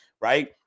Right